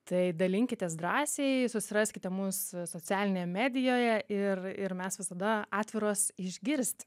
tai dalinkitės drąsiai susiraskite mus socialinėj medijoje ir ir mes visada atviros išgirst